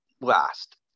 last